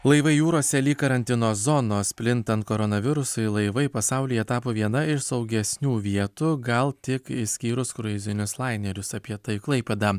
laivai jūrose lyg karantino zonos plintant koronavirusui laivai pasaulyje tapo viena iš saugesnių vietų gal tik išskyrus kruizinius lainerius apie tai klaipėda